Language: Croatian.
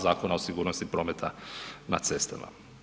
Zakona o sigurnosti prometa na cestama.